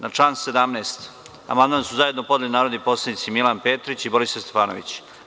Na član 17. amandman su zajedno podneli narodni poslanici Milan Petrić i Borislava Stefanović.